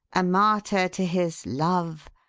a martyr to his love,